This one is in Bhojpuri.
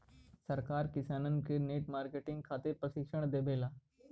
सरकार किसान के नेट मार्केटिंग खातिर प्रक्षिक्षण देबेले?